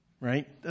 Right